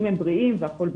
אם הם בריאים והכול בסדר.